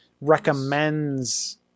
recommends